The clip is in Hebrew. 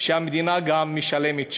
שהמדינה משלמת.